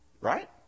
Right